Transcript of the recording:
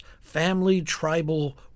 family-tribal